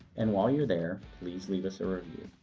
and while you're there, please leave us a review.